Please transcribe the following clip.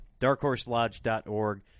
darkhorselodge.org